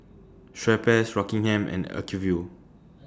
Schweppes Rockingham and Acuvue